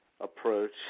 Approach